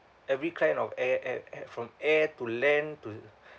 every kind of air air air from air to land to